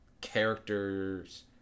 characters